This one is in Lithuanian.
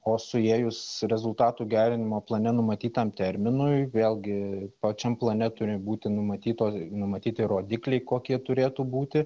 o suėjus rezultatų gerinimo plane numatytam terminui vėlgi pačiam plane turi būti numatyto numatyti rodikliai kokie turėtų būti